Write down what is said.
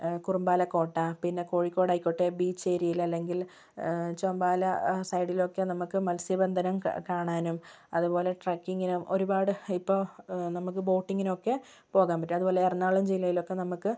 കുറുമ്പാല കോട്ട പിന്നെ കോഴിക്കോടായിക്കോട്ടെ ബീച്ച് ഏരിയയിൽ അല്ലെങ്കിൽ ചെമ്പാല സൈഡിലൊക്കെ നമുക്ക് മത്സ്യബന്ധനം കാണാനും അതുപോലെ ട്രക്കിങ്ങിനും ഒരുപാട് ഇപ്പോൾ നമുക്ക് ബോട്ടിങ്ങിനൊക്കെ പോകാൻ പറ്റും അതുപോലെ എറണാകുളം ജില്ലയിലൊക്കെ നമുക്ക്